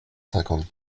cinquante